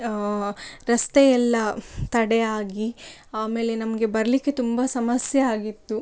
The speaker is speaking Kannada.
ರಸ್ತೆ ಎಲ್ಲಾ ತಡೆಯಾಗಿ ಆಮೇಲೆ ನಮಗೆ ಬರಲಿಕ್ಕೆ ತುಂಬ ಸಮಸ್ಯೆ ಆಗಿತ್ತು